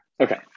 Okay